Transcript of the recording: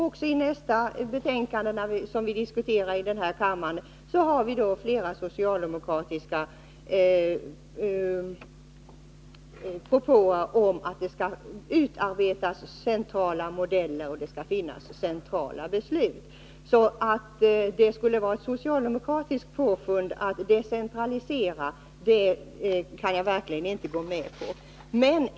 Också i det betänkande som är nästa punkt på föredragningslistan finns flera socialdemokratiska propåer om centrala modeller och centrala beslut. Att det skulle vara ett socialdemokratiskt påfund att decentralisera kan jag därför verkligen inte gå med på.